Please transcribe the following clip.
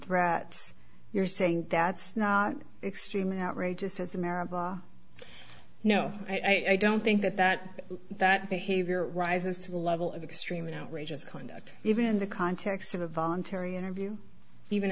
threats you're saying that's not extremely outrageous as america no i don't think that that that behavior rises to the level of extreme an outrageous conduct even in the context of a voluntary interview even